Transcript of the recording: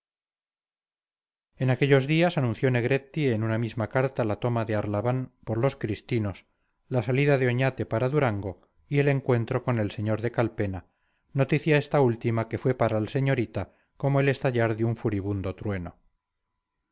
en aquellos días anunció negretti en una misma carta la toma de arlabán por los cristinos la salida de oñate para durango y el encuentro con el sr de calpena noticia esta última que fue para la señorita como el estallar de un furibundo trueno